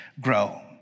grow